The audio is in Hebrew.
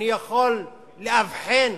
אני יכול לאבחן